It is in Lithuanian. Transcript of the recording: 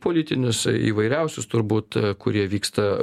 politinius įvairiausius turbūt kurie vyksta